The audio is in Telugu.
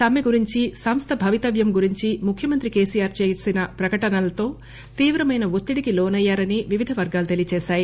సమ్మె గురించి సంస్ట భవితవ్యం గురించి ముఖ్యమంత్రి కేసీఆర్ చేసిన ప్రకటనలతో తీవ్రమైన ఒత్తిడికి లోనయ్యాడని వివిధ వర్గాలు తెలియజేశాయి